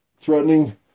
threatening